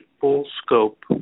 full-scope